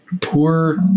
Poor